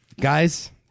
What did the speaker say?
Guys